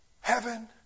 Heaven